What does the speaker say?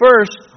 first